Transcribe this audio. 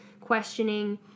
questioning